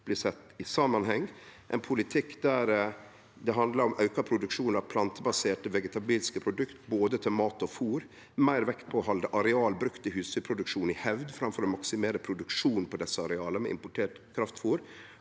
blir sett i samanheng, ein politikk der det handlar om auka produksjon av plantebaserte, vegetabilske produkt til både mat og fôr, meir vekt på å halde areal brukt til husdyrproduksjon i hevd framfor å maksimere produksjonen på desse areala med importert kraftfôr,